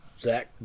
Zach